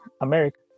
America